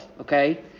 okay